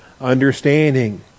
understanding